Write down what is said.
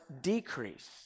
decrease